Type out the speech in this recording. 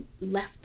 left